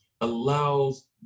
allows